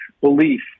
belief